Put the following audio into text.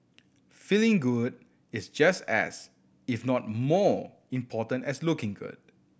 feeling good is just as if not more important as looking good